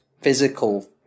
physical